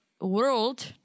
world